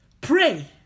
pray